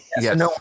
Yes